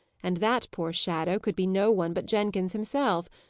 and that poor shadow could be no one but jenkins himself,